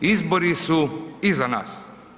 Izbori su iza nas.